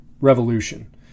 revolution